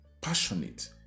passionate